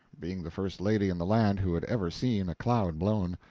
being the first lady in the land who had ever seen a cloud blown.